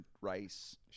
rice